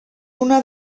una